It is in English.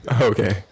Okay